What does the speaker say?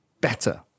better